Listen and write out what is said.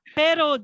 pero